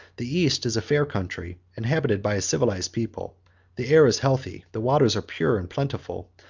the east is a fair country, inhabited by a civilized people the air is healthy, the waters are pure and plentiful,